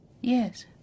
Yes